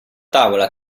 tavola